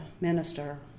minister